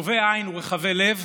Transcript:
טובי עין ורחבי לב.